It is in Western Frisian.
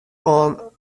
oan